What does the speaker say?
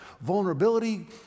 Vulnerability